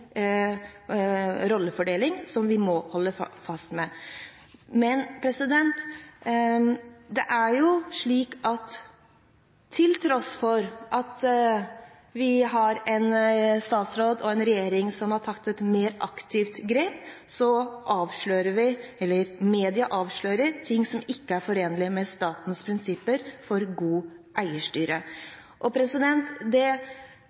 rollefordeling som vi må holde fast ved. Men det er jo slik at til tross for at vi har en statsråd og en regjering som har tatt et mer aktivt grep, så avslører media ting som ikke er forenlige med statens prinsipper for god eierstyring. Og det